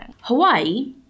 Hawaii